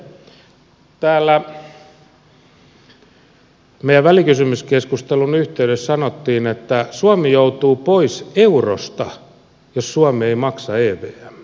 sitten täällä meidän välikysymyskeskustelumme yhteydessä sanottiin että suomi joutuu pois eurosta jos suomi ei maksa evmää